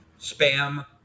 spam